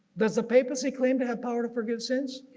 does the papacy claim to have power to forgive sins?